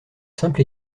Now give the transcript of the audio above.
simple